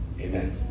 Amen